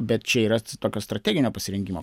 bet čia yra tokio strateginio pasirengimo